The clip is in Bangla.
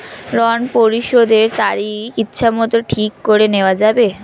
ঋণ পরিশোধের তারিখ ইচ্ছামত ঠিক করে নেওয়া যাবে?